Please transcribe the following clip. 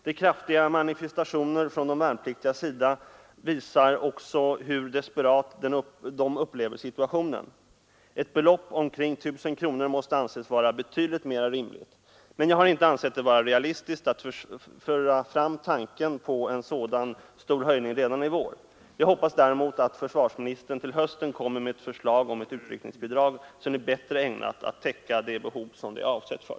De kraftiga manifestationerna från de värnpliktigas sida ger också vid handen hur desperat de upplever situationen. Ett belopp på omkring 1000 kronor måste anses vara betydligt mer rimligt. Men jag har inte ansett det vara realistiskt att föra fram tanken på en så stor höjning redan i vår. Jag hoppas däremot att försvarsministern till hösten kommer med ett förslag om ett utryckningsbidrag som är bättre ägnat att täcka det behov det är avsett för.